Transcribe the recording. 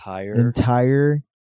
entire